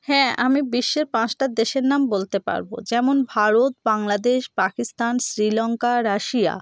হ্যাঁ আমি বিশ্বের পাঁশটা দেশের নাম বলতে পারবো যেমন ভারত বাংলাদেশ পাকিস্তান শ্রীলঙ্কা রাশিয়া